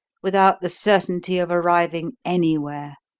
without the certainty of arriving anywhere,